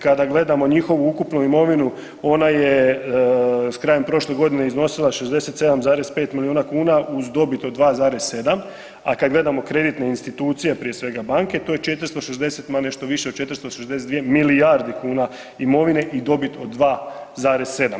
Kada gledamo njihovu ukupnu imovinu ona je s krajem prošle godine iznosila 67,5 milijuna kuna uz dobit od 2,7, a kada gledamo kreditne institucije prije svega banke to je 460 nešto više od 462 milijardi kuna imovine i dobit od 2,7.